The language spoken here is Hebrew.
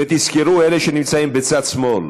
ותזכרו, אלה שנמצאים בצד שמאל: